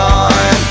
on